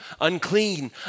unclean